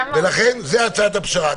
ולכן זאת הצעת הפשרה.